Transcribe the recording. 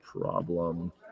problem